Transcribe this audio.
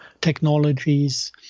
technologies